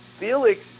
Felix